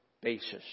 basis